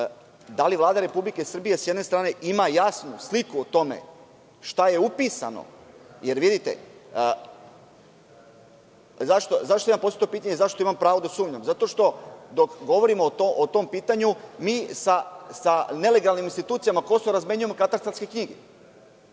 da li Vlada Republike Srbije sa jedne strane ima jasnu sliku o tome šta je upisano? Zašto sam postavio to pitanje i zašto imam pravo da sumnjam? Zato što dok govorimo o tom pitanju sa nelegalnim institucijama Kosova razmenjujemo katastarske knjige.